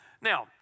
Now